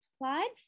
applied